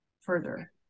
further